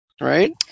Right